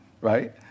right